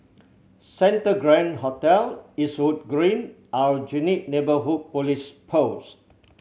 Santa Grand Hotel Eastwood Green Aljunied Neighbourhood Police Post